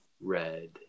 red